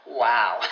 Wow